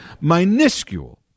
minuscule